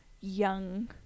young